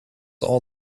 all